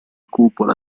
cupola